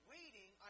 Waiting